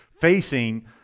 facing